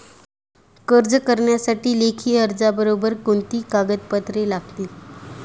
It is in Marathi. कर्ज करण्यासाठी लेखी अर्जाबरोबर कोणती कागदपत्रे लागतील?